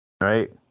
Right